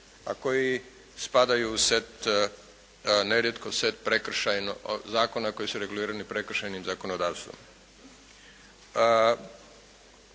A koji spadaju u set, nerijetko set prekršajno, zakona koji su regulirano prekršajnim zakonodavstvom.